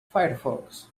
firefox